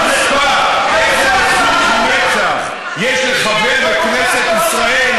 חוצפה ועזות מצח יש לחבר כנסת ישראל,